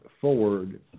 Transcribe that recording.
forward